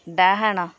ଡାହାଣ